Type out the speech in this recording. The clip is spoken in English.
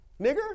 nigger